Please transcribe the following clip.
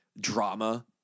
drama